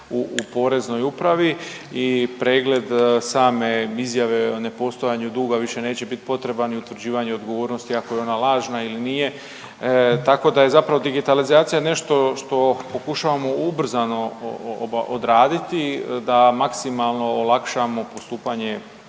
u poreznoj upravi i pregled same izjave o nepostojanju duga više neće bit potreban i utvrđivanje odgovornosti ako je ona lažna ili nije, tako da je zapravo digitalizacija nešto što pokušavamo ubrzano odraditi da maksimalno olakšamo postupanje